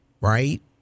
right